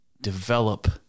develop